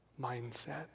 mindset